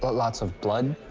but lots of blood?